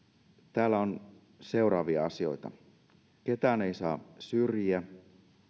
täällä on seuraavia asioita ketään ei saa syrjiä